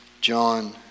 John